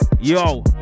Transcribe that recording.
yo